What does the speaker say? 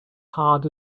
hard